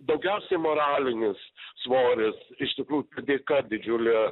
daugiausiai moralinis svoris iš tikrųjų padėka didžiulė